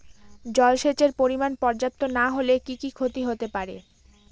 জলসেচের পরিমাণ পর্যাপ্ত না হলে কি কি ক্ষতি হতে পারে?